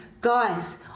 Guys